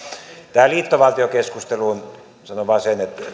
tähän liittovaltiokeskusteluun sanon vain sen että